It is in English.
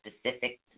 specific